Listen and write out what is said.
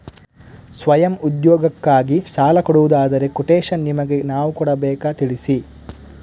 ಸ್ವಯಂ ಉದ್ಯೋಗಕ್ಕಾಗಿ ಸಾಲ ಕೊಡುವುದಾದರೆ ಕೊಟೇಶನ್ ನಿಮಗೆ ನಾವು ಕೊಡಬೇಕಾ ತಿಳಿಸಿ?